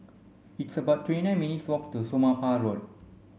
it's about twenty nine minutes' walk to Somapah Road